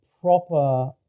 proper